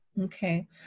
Okay